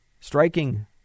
Striking